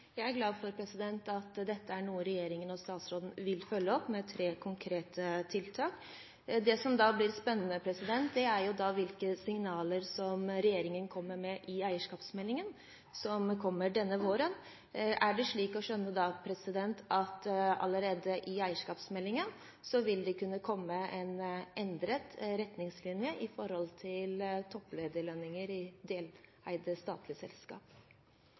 vil følge opp med tre konkrete tiltak. Det som da blir spennende, er hvilke signaler regjeringen kommer med i eierskapsmeldingen som kommer denne våren. Er det slik å skjønne da, at det allerede i eierskapsmeldingen vil kunne komme en endret retningslinje med tanke på topplederlønninger i deleide statlige selskap?